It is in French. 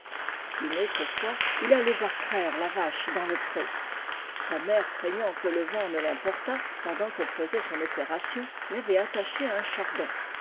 une autre fois il allait voir traire la vache dans le pré sa mère craignant que le vent ne l'emportât pendant qu'elle faisait son opération l'avait attaché à un chardon